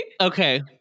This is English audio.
Okay